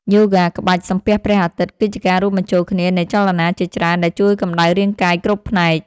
យូហ្គាក្បាច់ សំពះព្រះអាទិត្យ គឺជាការរួមបញ្ចូលគ្នានៃចលនាជាច្រើនដែលជួយកម្ដៅរាងកាយគ្រប់ផ្នែក។